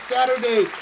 Saturday